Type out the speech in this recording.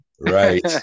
Right